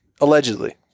Allegedly